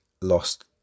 lost